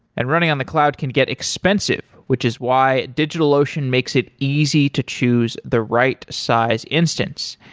and running on the cloud can get expensive, which is why digitalocean makes it easy to choose the right size instance.